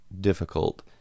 difficult